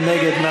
מי נגד?